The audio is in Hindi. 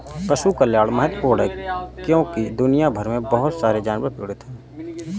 पशु कल्याण महत्वपूर्ण है क्योंकि दुनिया भर में बहुत सारे जानवर पीड़ित हैं